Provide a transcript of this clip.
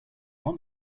want